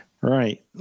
Right